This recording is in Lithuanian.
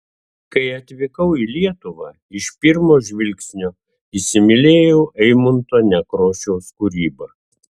kai atvykau į lietuvą iš pirmo žvilgsnio įsimylėjau eimunto nekrošiaus kūrybą